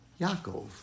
Yaakov